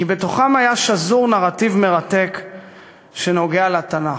כי בתוכם היה שזור נרטיב מרתק שנוגע לתנ"ך.